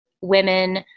women